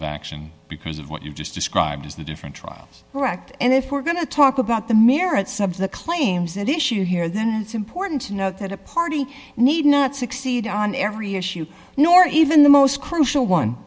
of action because of what you just described as the different trials wrecked and if we're going to talk about the merits of the claims issue here then it's important to note that a party need not succeed on every issue nor even the most crucial one